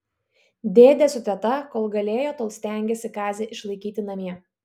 dėdė su teta kol galėjo tol stengėsi kazį išlaikyti namie